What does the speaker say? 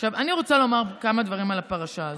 אני רוצה לומר כמה דברים על הפרשה הזאת.